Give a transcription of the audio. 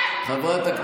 אתה